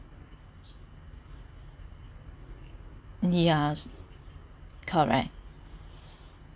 yeah correct